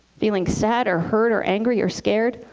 feeling sad, or hurt, or angry, or scared,